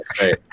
right